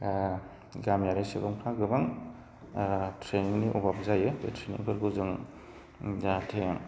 गामियारि सुबुंफोरा गोबां ट्रैनिंनि अभाब जायो बे ट्रैनिंफोरखौ जों जाहाथे